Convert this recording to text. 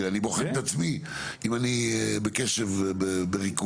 ואני בוחן את עצמי אם אני בקשב ובריכוז,